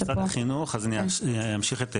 ממשרד החינוך אז אני אמשיך את דודי,